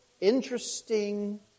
interesting